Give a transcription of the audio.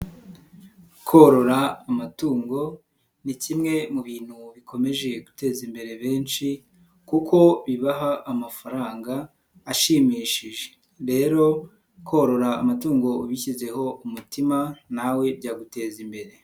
Korora amatungo ni kimwe mu bintu bikomeje guteza imbere benshi kuko bibaha amafaranga ashimishije, rero korora amatungo ubishyizeho umutima nawe byaguteza imbere.